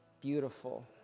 beautiful